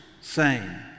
saying